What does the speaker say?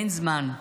אין זמן.